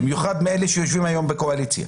במיוחד מאלה שיושבים היום בקואליציה.